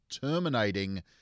terminating